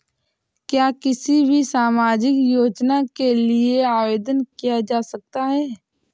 क्या किसी भी सामाजिक योजना के लिए आवेदन किया जा सकता है?